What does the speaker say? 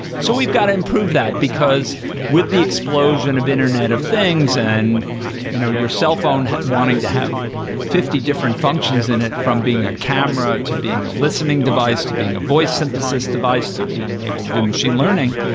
so we've got to improve that, because with the explosion of internet of things and you know your cellphone wanting to have fifty different functions in it from being a camera, to being a listening device, to being a voice synthesis device, to being able to do machine learning,